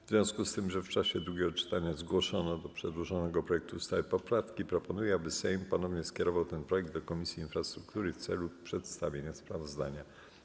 W związku z tym, że w czasie drugiego czytania zgłoszono do przedłożonego projektu ustawy poprawki, proponuję, aby Sejm ponownie skierował ten projekt do Komisji Infrastruktury w celu przedstawienia sprawozdania.